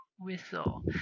whistle